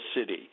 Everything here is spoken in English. city